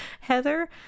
heather